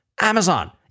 Amazon